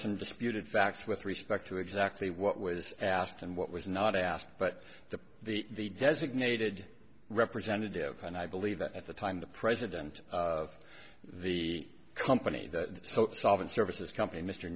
some disputed facts with respect to exactly what was asked and what was not asked but to the designated representative and i believe that at the time the president of the company that saw it solvent services company mr